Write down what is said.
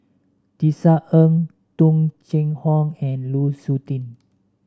Tisa Ng Tung Chye Hong and Lu Suitin